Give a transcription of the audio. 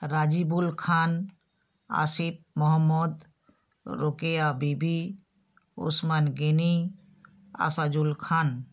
Rajibul Khan Asif Mohammad Rokeya Bibi Osman Gani Asajul Khan